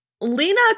Lena